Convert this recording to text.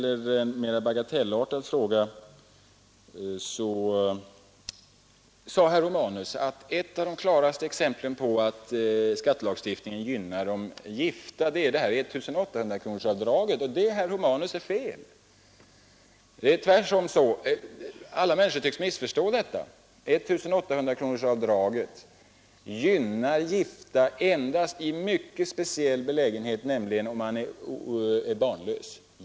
En mer bagatellartad fråga: herr Romanus sade att ett av de klaraste exemplen på att skattelagstiftningen gynnar gifta är I 800-kronorsavdraget. Men det, herr Romanus, är fel. Det är tvärtom, men alla människor tycks missförstå det. 1 800-kronorsavdraget gynnar gifta endast i mycket speciell belägenhet, nämligen om de är barnlösa.